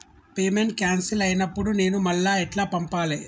Payment cancel అయినపుడు నేను మళ్ళా ఎట్ల పంపాలే?